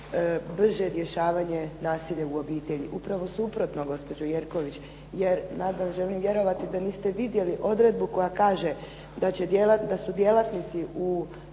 brže rješavanje nasilja u obitelji. Upravo suprotno gospođo Jerković, jer želim vjerovati da niste vidjeli odredbu koja kaže da su djelatnici u socijalnoj